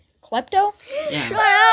Klepto